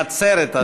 נצרת.